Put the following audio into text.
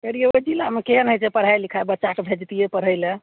कहिऔ ओहि जिलामे केहन होइ छै पढ़ाइ लिखाइ बच्चाकेँ भेजतिए पढ़ै ले